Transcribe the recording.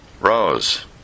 Rose